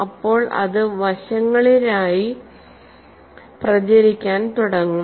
അപ്പോൾ അത് വശങ്ങളിലായി പ്രചരിക്കാൻ തുടങ്ങും